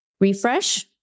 refresh